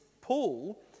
Paul